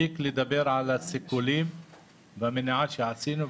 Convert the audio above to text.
מספיק לדבר על סיכולים במניעה שעשינו,